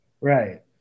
right